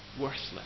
worthless